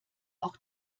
auch